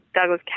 Douglas